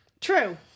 True